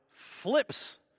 Flips